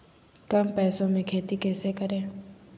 कम पैसों में खेती कैसे करें?